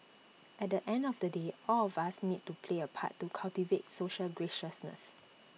at the end of the day all of us need to play A part to cultivate social graciousness